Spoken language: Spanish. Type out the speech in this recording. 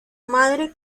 madre